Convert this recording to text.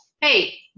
Hey